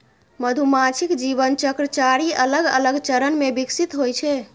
मधुमाछीक जीवन चक्र चारि अलग अलग चरण मे विकसित होइ छै